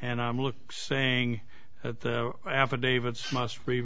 and i'm look saying at the affidavit